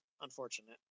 unfortunate